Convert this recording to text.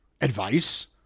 advice